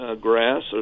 grass